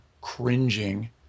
cringing